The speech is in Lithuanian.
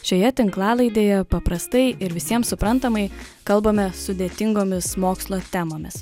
šioje tinklalaidėje paprastai ir visiems suprantamai kalbame sudėtingomis mokslo temomis